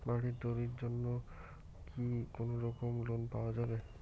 বাড়ি তৈরির জন্যে কি কোনোরকম লোন পাওয়া যাবে?